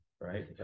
right